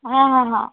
ହଁ ହଁ ହଁ